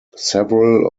several